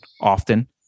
often